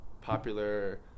popular